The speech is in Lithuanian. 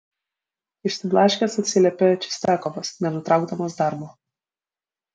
išsiblaškęs atsiliepė čistiakovas nenutraukdamas darbo